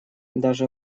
даже